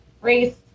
race